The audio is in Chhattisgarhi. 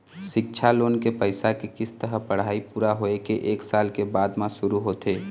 सिक्छा लोन के पइसा के किस्त ह पढ़ाई पूरा होए के एक साल के बाद म शुरू होथे